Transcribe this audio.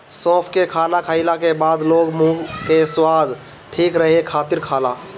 सौंफ के खाना खाईला के बाद लोग मुंह के स्वाद ठीक रखे खातिर खाला